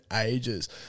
ages